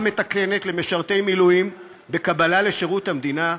מתקנת למשרתי מילואים בקבלה לשירות המדינה,